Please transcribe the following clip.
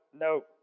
nope